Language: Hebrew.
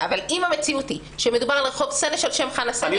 אם המציאות היא שמדובר על רחוב סנש על שם חנה סנש,